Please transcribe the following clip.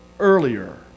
earlier